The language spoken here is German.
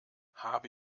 habe